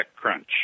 TechCrunch